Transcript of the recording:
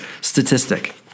statistic